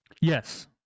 Yes